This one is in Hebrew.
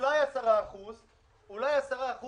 אולי 10%. אולי 10%